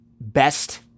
best